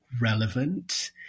relevant